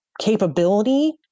capability